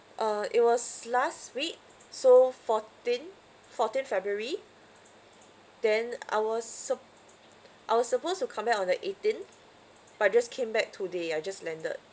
uh it was last week so fourteenth fourteenth february then I was supp~ I was supposed to come back on the eighteenth but I just came back today I just landed